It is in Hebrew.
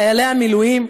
חיילי המילואים,